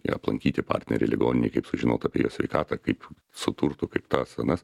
aplankyti partnerį ligoninėj kaip sužinot apie jo sveikatą kaip su turtu kaip tas anas